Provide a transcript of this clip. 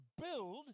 build